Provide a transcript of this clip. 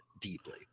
deeply